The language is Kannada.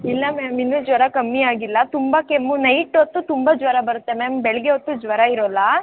ಇಲ್ಲ ಮ್ಯಾಮ್ ಇನ್ನೂ ಜ್ವರ ಕಮ್ಮಿ ಆಗಿಲ್ಲ ತುಂಬ ಕೆಮ್ಮು ನೈಟ್ ಹೊತ್ತು ತುಂಬ ಜ್ವರ ಬರುತ್ತೆ ಮ್ಯಾಮ್ ಬೆಳಿಗ್ಗೆ ಹೊತ್ತು ಜ್ವರ ಇರೋಲ್ಲ